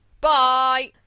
bye